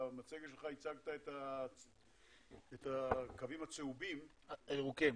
במצגת שלך הצגת את הקווים הצהובים --- הירוקים,